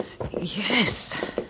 yes